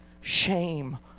shame